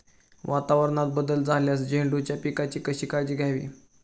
वातावरणात बदल झाल्यास झेंडूच्या पिकाची कशी काळजी घ्यावी?